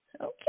Okay